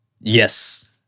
Yes